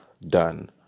done